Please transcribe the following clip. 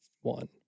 one